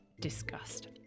disgust